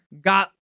got